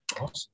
Awesome